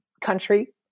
country